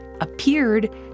appeared